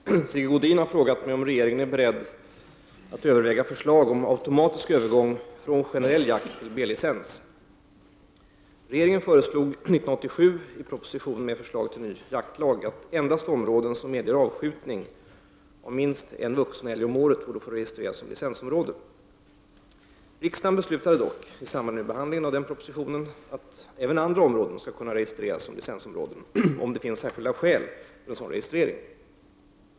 Herr talman! Sigge Godin har frågat mig om regeringen är beredd att överväga förslag om automatisk övergång från generell jakt till B-licens. Regeringen föreslog år 1987 i propositionen med förslag till ny jaktlag att endast områden som medger avskjutning av minst en vuxen älg om året borde få registreras som licensområde. Riksdagen beslutade dock i samband med behandlingen av propositionen att även andra områden skall kunna registreras som licensområden, om det finns särskilda skäl för en sådan registrering.